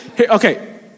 Okay